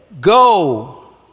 go